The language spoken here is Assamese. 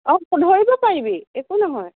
অঁ ধৰিব পাৰিবি একো নহয়